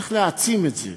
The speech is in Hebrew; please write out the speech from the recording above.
צריך להעצים את זה,